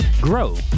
grow